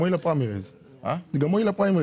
גילוי נאות,